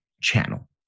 channel